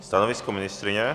Stanovisko ministryně?